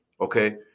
okay